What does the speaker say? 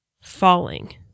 falling